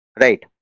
Right